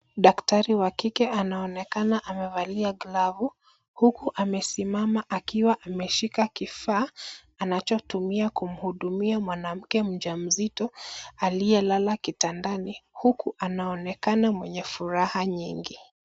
Daktari wa kike anaonekana amevalia glavu, huku amesimama akiwa ameshika kifaa anachotumia kumhudumia mwanamke mjamzito aliyelala kitandani, huku anaonekana mwenye furaha nyingi.